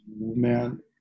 man